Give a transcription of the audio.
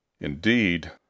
Indeed